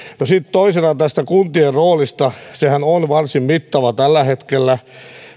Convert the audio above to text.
sitten toisena tästä kuntien roolista sehän on varsin mittava tällä hetkellä